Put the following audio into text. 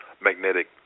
magnetic